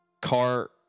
car